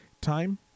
time